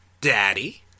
Daddy